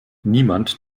niemand